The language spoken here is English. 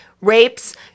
rapes